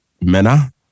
Mena